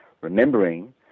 remembering